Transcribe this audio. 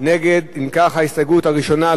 אם כך, ההסתייגות הראשונה לא התקבלה.